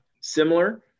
similar